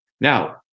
Now